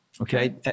okay